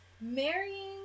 Marrying